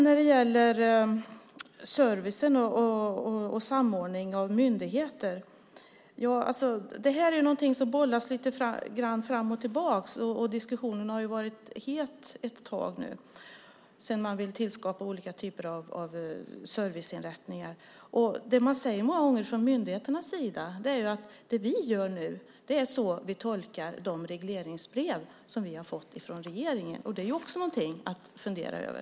När det gäller service och samordning av myndigheter är det en fråga som bollas lite grann fram och tillbaka. Diskussionen har varit het ett tag nu sedan man velat skapa olika typer av serviceinrättningar. Det man säger många gånger från myndigheternas sida är: Det som vi gör nu är i enlighet med hur vi tolkar de regleringsbrev som vi har fått från regeringen. Det är också något att fundera över.